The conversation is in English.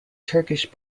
turkish